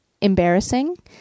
embarrassing